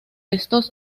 estos